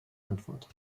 antwort